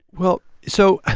well, so,